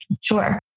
Sure